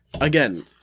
Again